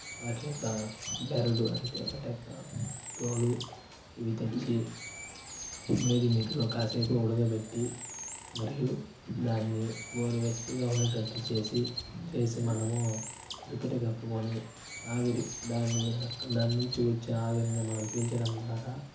వాటి యొక్క బెరడు వంటివి వాటి యొక్క తోలు ఇవి తెచ్చి వేడి నీటిలో కాసేపు ఉడకబెట్టి మరియు దాన్ని గోరువెచ్చగా ఉండేడట్టు చేసి చేసి మనము దుప్పటి కప్పుకొని ఆవిరి దానిని దాని నుంచి వచ్చే ఆవిరిని మనం పీల్చడం ద్వారా